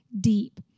deep